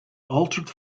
altered